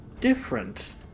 different